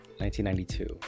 1992